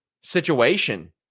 situation